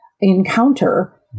encounter